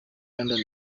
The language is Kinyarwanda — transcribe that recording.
london